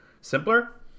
simpler